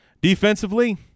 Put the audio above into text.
Defensively